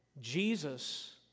Jesus